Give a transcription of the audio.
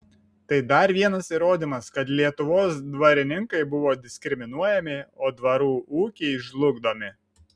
tai dar vienas įrodymas kad lietuvos dvarininkai buvo diskriminuojami o dvarų ūkiai žlugdomi